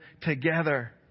together